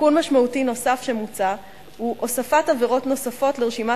תיקון משמעותי נוסף שמוצע הוא הוספת עבירות נוספות לרשימת